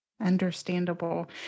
Understandable